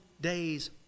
days